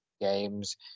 games